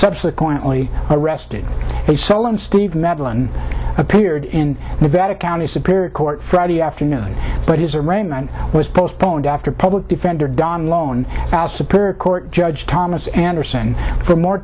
subsequently arrested solon steve medlen appeared in nevada county superior court friday afternoon but his arraignment was postponed after a public defender don lone house appear in court judge thomas anderson for more